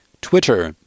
Twitter